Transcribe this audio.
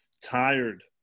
tired